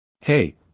Hey